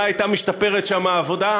אולי הייתה משתפרת שם העבודה,